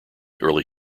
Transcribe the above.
early